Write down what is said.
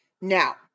Now